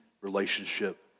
relationship